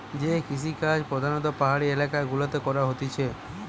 যে কৃষিকাজ প্রধাণত পাহাড়ি এলাকা গুলাতে করা হতিছে